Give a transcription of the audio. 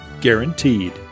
guaranteed